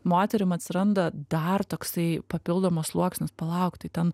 moterim atsiranda dar toksai papildomas sluoksnis palaukt tai ten